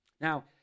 Now